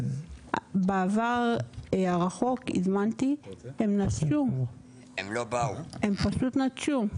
בעבר הרחוק הזמנתי, הם נטשו, הם פשוט נטשו.